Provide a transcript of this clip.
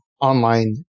online